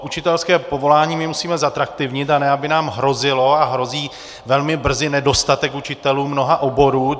Učitelské povolání prostě musíme zatraktivnit, a ne aby nám hrozil, a hrozí velmi brzy, nedostatek učitelů mnoha oborů.